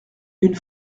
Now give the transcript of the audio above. une